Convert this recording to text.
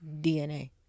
DNA